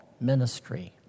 ministry